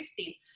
2016